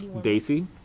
Daisy